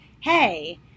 hey